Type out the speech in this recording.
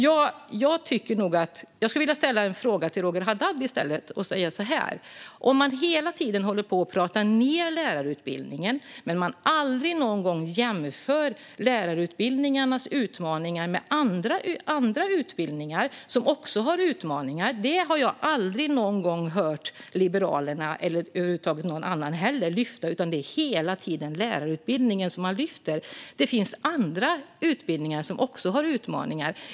Jag vill i stället ställa en fråga till Roger Haddad. Hela tiden pratar ni ned lärarutbildningen, men aldrig någonsin jämför ni lärarutbildningarnas utmaningar med andra utbildningar som också har utmaningar. Jag har aldrig någon gång hört Liberalerna eller någon annan lyfta upp detta, utan man tar hela tiden upp lärarutbildningen. Det finns andra utbildningar som också har utmaningar.